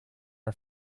are